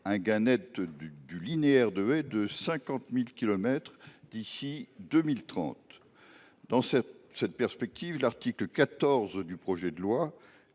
un gain net du linéaire de haies de 50 000 kilomètres d’ici à 2030. Dans cette perspective, l’article 14 du projet de loi